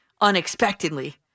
unexpectedly